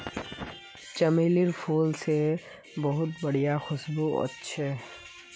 चमेलीर फूल से बहुत बढ़िया खुशबू वशछे